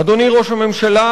אדוני ראש הממשלה,